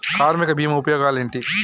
కార్మిక బీమా ఉపయోగాలేంటి?